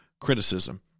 criticism